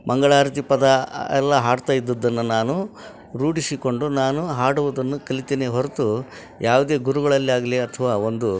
ಮಂಗಳಾರತಿ ಪದ ಎಲ್ಲ ಹಾಡ್ತಾ ಇದ್ದಿದ್ದನ್ನ ನಾನು ರೂಢಿಸಿಕೊಂಡು ನಾನು ಹಾಡುವುದನ್ನು ಕಲಿತೆ ಹೊರತು ಯಾವುದೇ ಗುರುಗಳಲ್ಲಾಗಲಿ ಅಥವಾ ಒಂದು